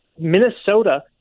Minnesota